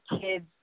kids